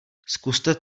zkuste